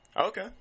Okay